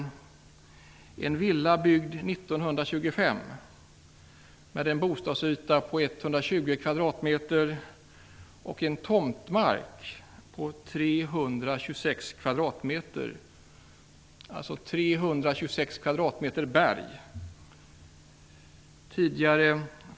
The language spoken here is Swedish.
Det gäller en villa som är byggd 1925, har en bostadsyta på 120 m2 och en tomtmark på 326 m2.